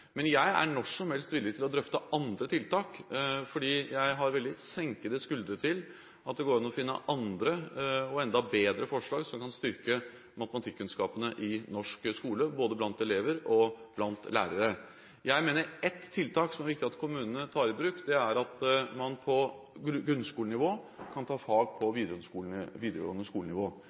Men jeg er når som helst villig til å drøfte andre tiltak. Jeg har veldig senkede skuldre når det gjelder å finne andre og enda bedre forslag som kan styrke matematikkunnskapene i norsk skole, blant både elever og lærere. Jeg mener det er ett tiltak som det er viktig at kommunene tar i bruk – nemlig at man på grunnskolenivå kan ta fag på